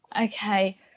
Okay